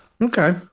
Okay